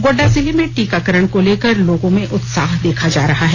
गोड्डा जिले में टीकाकरण को लेकर लोगों में उत्साह देखा जा रहा है